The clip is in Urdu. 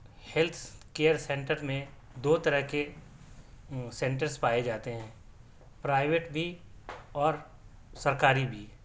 ہیلتھس کیئر سینٹر میں دو طرح کے سینٹرس پائے جاتے ہیں پرائیوٹ بھی اور سرکاری بھی